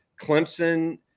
Clemson